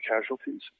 casualties